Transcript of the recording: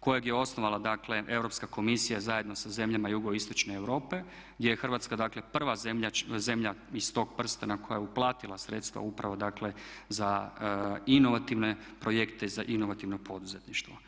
kojeg je osnovala dakle Europska komisija zajedno sa zemljama jugoistočne Europe gdje je Hrvatska dakle prva zemlja iz tog prstena koja je uplatila sredstva upravo dakle za inovativne projekte, za inovativno poduzetništvo.